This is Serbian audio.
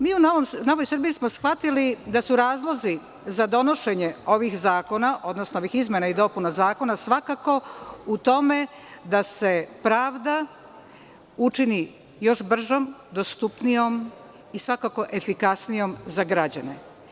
Mi u Novoj Srbiji smo shvatili da su razlozi za donošenje ovih zakona, odnosno ovih izmena i dopuna zakona, svakako u tome da se pravda učini još bržom, dostupnijom i svakako efikasnijom za građane.